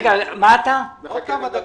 כמה דקות.